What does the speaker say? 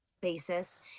basis